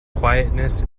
quietness